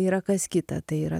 yra kas kita tai yra